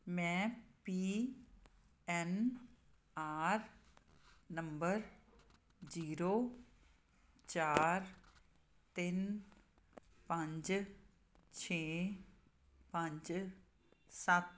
ਮੈਂ P N R number zero ਚਾਰ ਤਿੰਨ ਪੰਜ ਛੇ ਪੰਜ ਸੱਤ